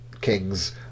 kings